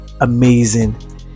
amazing